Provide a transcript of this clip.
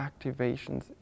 activations